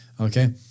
Okay